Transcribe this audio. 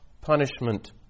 punishment